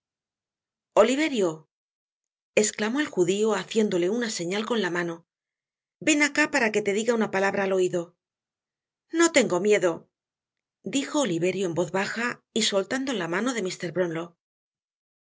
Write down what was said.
oliverio esclamó el judio haciéndole una señal con la mano ven acá para que te diga una palabra al oido no tengo miedo dijo oliverio en voz baja y soltando la mano de mr brownlow